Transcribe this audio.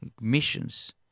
missions